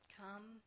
Come